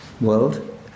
world